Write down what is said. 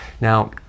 Now